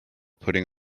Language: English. putting